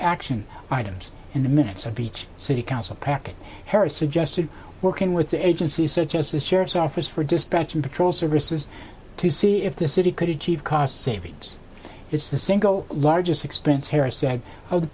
action items in the minutes of each city council pack harris suggested working with the agency such as the sheriff's office for dispatching patrols services to see if the city could achieve cost savings it's the single largest expense harris said of the